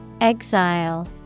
Exile